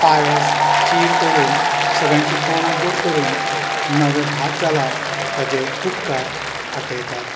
पायस खीर करून सगळ्याचीं तोंडां गोड करून नवें भात जालां ताचे उपकार आठयतात